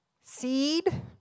seed